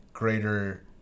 greater